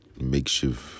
makeshift